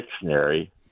dictionary